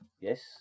Yes